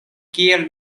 kiel